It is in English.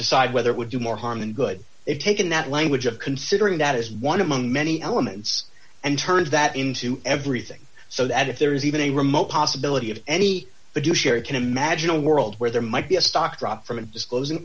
decide whether it would do more harm than good it taken that language of considering that as one of my many elements and turns that into everything so that if there is even a remote possibility of any the judiciary can imagine a world where there might be a stock dropped from an disclosing